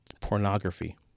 pornography